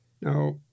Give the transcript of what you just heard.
Now